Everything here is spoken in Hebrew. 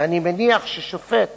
ואני מניח ששופט